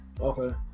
Okay